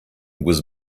was